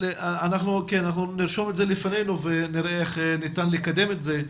אנחנו נרשום את זה לפנינו ונראה איך ניתן לקדם את זה.